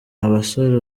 abasore